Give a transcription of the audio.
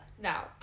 Now